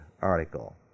article